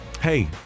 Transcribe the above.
hey